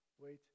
wait